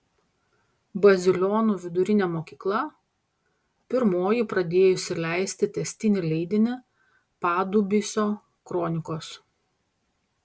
bazilionų vidurinė mokykla pirmoji pradėjusi leisti tęstinį leidinį padubysio kronikos